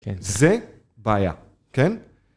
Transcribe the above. כן, זה בעיה, כן?